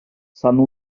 sanno